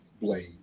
Blade